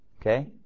Okay